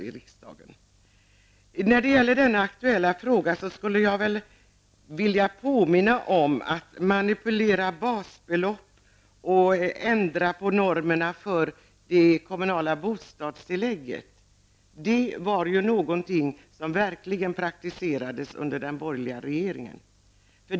I den nu aktuella frågan skulle jag vilja påminna om att detta med att manipulera basbelopp och att ändra på normerna för det kommunala bostadstillägget är någonting som verkligen praktiserades under den borgerliga regeringstiden.